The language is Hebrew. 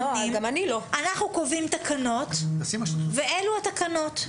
אנחנו קובעים תקנות ואלו התקנות.